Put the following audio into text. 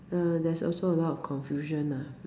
uh there's also a lot of confusion lah mm